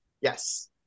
Yes